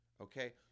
okay